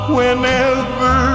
Whenever